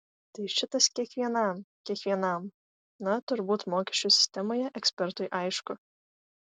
tai šitas kiekvienam kiekvienam na turbūt mokesčių sistemoje ekspertui aišku